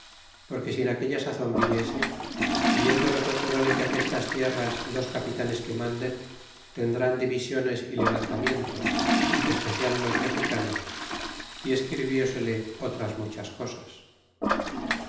porque si en aquella sazon viniese viendo los naturales de aquestas tierras dos capitanes que manden tendrn divisiones y levantamientos especial los mexicanos y escribiésele otras muchas cosas